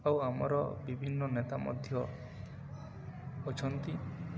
ଆଉ ଆମର ବିଭିନ୍ନ ନେତା ମଧ୍ୟ ଅଛନ୍ତି